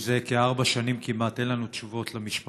זה כארבע שנים כמעט, אין לנו תשובות למשפחות.